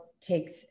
takes